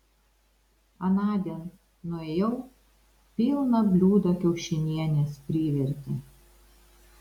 anądien nuėjau pilną bliūdą kiaušinienės privertė